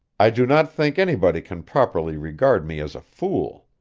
i do not think anybody can properly regard me as a fool.